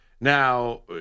Now